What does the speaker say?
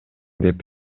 деп